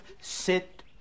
sit